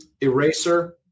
eraser